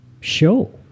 show